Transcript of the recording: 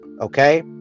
okay